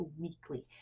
weekly